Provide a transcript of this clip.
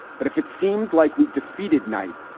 but if it seemed like we defeated night,